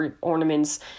ornaments